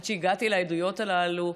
עד שהגעתי לעדויות הללו,